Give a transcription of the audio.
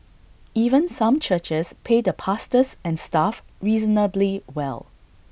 even some churches pay the pastors and staff reasonably well